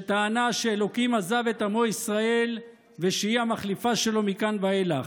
שטענה שאלוקים עזב את עמו ישראל ושהיא המחליפה שלו מכאן ואילך.